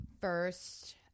first